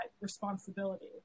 responsibility